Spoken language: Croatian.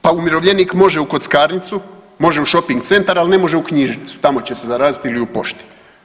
Pa umirovljenik može u kockarnicu, može u šoping centar, al ne može u knjižnicu, tamo će se zarazit ili u pošti.